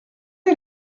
est